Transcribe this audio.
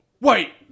Wait